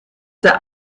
der